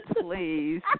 please